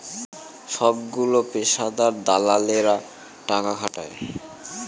সবগুলো পেশাদার দালালেরা টাকা খাটায়